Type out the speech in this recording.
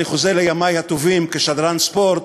אני חוזר לימי הטובים כשדרן ספורט,